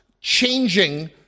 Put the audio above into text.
changing